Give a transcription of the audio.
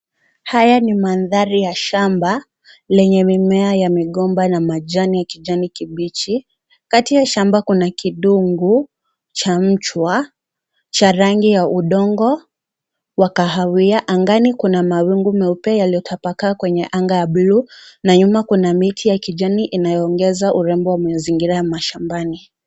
Haya ni manthari ya shamba lenye mimea ya migomba na majani ya kijani kibichi. Kati ya shamba kuna kidungu cha mchwa chenye rangi ya udongo wa kahawia, angani kuna mawingunmweupe yaliyotapakaa kwenye anga ya buluu na nyuma kuna miti ya kijani inayoongeza urembo wa mazingira ya shambani.